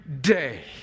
day